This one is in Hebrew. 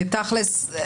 תכלס,